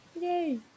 Yay